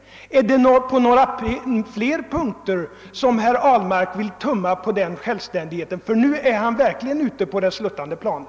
Vill herr Ahlmark tumma på den självständigheten på några fler punkter, ty nu är han verkligen ute på det sluttande planet?